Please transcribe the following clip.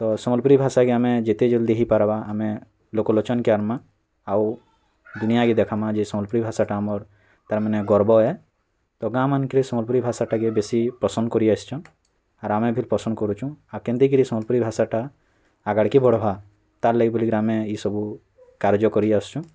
ତ ସମ୍ବଲପୁରୀ ଭାଷାକେ ଆମେ ଯେତେ ଜଲ୍ଦି ହୋଇପାର୍ବା ଆମେ ଲୋକଲୋଚନ୍କେ ଆନ୍ମା ଆଉ ଦୁନିଆକେ ଦେଖାମା ଯେ ସମ୍ବଲପୁରୀ ଭାଷାଟା ଆମର୍ ତା'ର୍ ମାନେ ଗର୍ବ ଏ ତ ଗାଁ ମାନକ୍ରେ ସମ୍ବଲପୁରୀ ଭାଷାଟାକେ ବେଶୀ ପସନ୍ଦ କରି ଆସିଛନ୍ ଆର ଆମେ ବିଲ୍ ପସନ୍ଦ କରଛୁଁ ଆଉ କେନ୍ତି କିରି ସମ୍ବଲପୁର ଭାଷାଟା ଆଗାଡ଼ିକେ ବଢ଼୍ବା ତା'ର୍ ଲାଗି ବୋଲିକିରି ଆମେ ଏ ସବୁ କାର୍ଯ୍ୟ କରି ଆସୁଛୁଁ